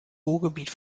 ruhrgebiet